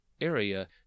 area